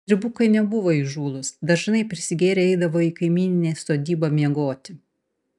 stribukai nebuvo įžūlūs dažnai prisigėrę eidavo į kaimyninę sodybą miegoti